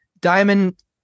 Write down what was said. diamond